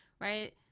right